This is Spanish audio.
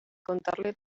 contarle